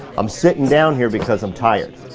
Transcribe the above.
i'm sitting down here because i'm tired.